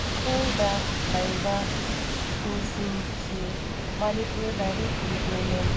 ꯈꯨꯜꯗ ꯂꯩꯕ ꯁ꯭ꯀꯨꯜꯁꯤꯡꯁꯤ ꯃꯅꯤꯄꯨꯔ ꯂꯥꯏꯔꯤꯛ ꯏꯝꯄ꯭ꯂꯤꯃꯦꯟ